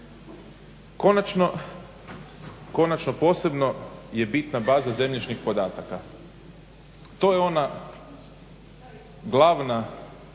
Konačno, posebno je bitna baza zemljišnih podataka. To je ona glavna